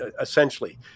essentially